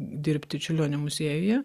dirbti čiurlionio muziejuje